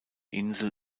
insel